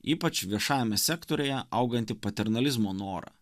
ypač viešajame sektoriuje augantį paternalizmo norą